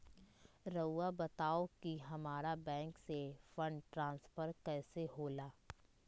राउआ बताओ कि हामारा बैंक से फंड ट्रांसफर कैसे होला?